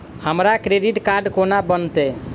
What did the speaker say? हमरा credit card कोना बनतै?